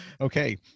Okay